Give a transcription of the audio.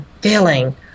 feeling